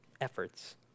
efforts